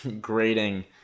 grading